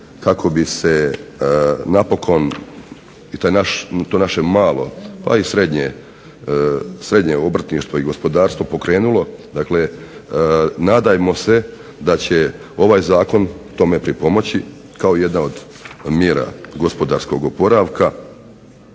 kako bi se napokon i to naše malo pa i srednje obrtništvo i gospodarstvo pokrenulo, dakle nadajmo se da će ovaj zakon tome pripomoći kao jedna od mjera gospodarskog oporavka.